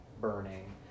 burning